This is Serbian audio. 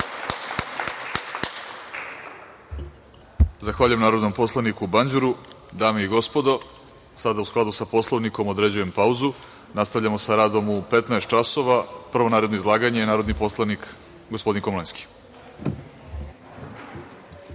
Zahvaljujem narodnom poslaniku Banđuru. Dame i gospodo, sada u skladu sa Poslovnikom određujem pauzu. Nastavljamo sa radom u 15,00 časova. Prvo naredno izlaganje je narodni poslanik gospodin Komlenski.(Posle